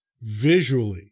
visually